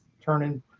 turning